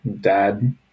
dad